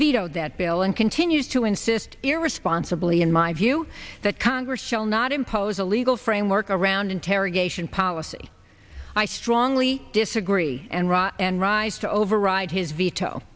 vetoed that bill and continues to insist irresponsibly in my view that congress shall not impose a legal framework around interrogation policy i strongly disagree and rock and rise to override his veto